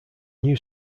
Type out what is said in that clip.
new